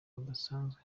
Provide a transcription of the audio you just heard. rudasanzwe